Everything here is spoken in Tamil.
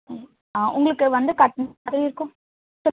ம் ஆ உங்களுக்கு வந்து கட்டுனமாரியும் இருக்கும்